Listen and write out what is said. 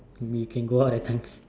we can go out at times